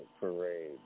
parade